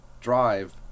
drive